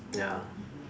ya